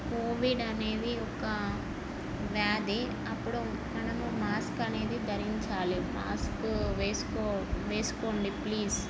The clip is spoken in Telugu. కోవిడ్ అనేది ఒక వ్యాధి అప్పుడు మనము మాస్క్ అనేది ధరించాలి మాస్క్ వేసుకో వేసుకోండి ప్లీజ్